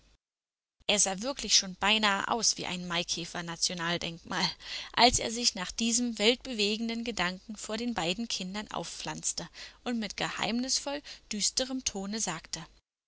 er sah wirklich schon beinahe aus wie ein maikäfer nationaldenkmal als er sich nach diesem weltbewegenden gedanken vor den beiden kindern aufpflanzte und mit geheimnisvoll düsterem tone sagte